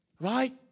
Right